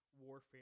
warfare